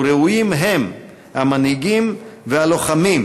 וראויים הם המנהיגים והלוחמים,